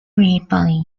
ripley